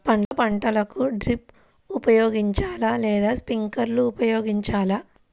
పండ్ల పంటలకు డ్రిప్ ఉపయోగించాలా లేదా స్ప్రింక్లర్ ఉపయోగించాలా?